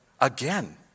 Again